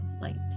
light